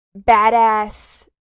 badass